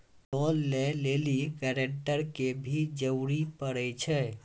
Loan लै लेली guarantor के भी जरूरी पड़ै छै?